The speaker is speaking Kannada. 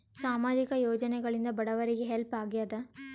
ಸಾಮಾಜಿಕ ಯೋಜನೆಗಳಿಂದ ಬಡವರಿಗೆ ಹೆಲ್ಪ್ ಆಗ್ಯಾದ?